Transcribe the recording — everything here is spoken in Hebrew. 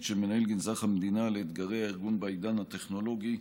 של מנהל גנזך המדינה לאתגרי הארגון בעידן הטכנולוגי.